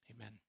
Amen